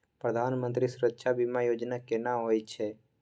प्रधानमंत्री सुरक्षा बीमा योजना केना होय छै?